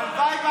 הלוואי,